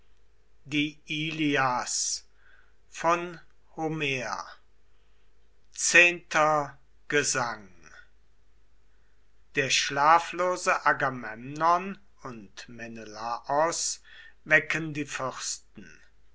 schlafes zehnter gesang der schlaflose agamemnon und menelaos wecken die fürsten